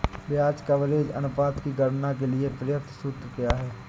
ब्याज कवरेज अनुपात की गणना के लिए प्रयुक्त सूत्र क्या है?